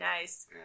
nice